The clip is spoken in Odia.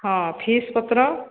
ହଁ ଫିସ୍ ପତ୍ର